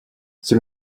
тем